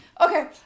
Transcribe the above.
okay